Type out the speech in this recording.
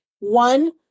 One